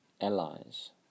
allies